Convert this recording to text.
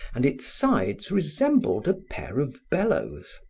and its sides resembled a pair of bellows.